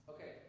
Okay